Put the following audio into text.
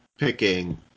Picking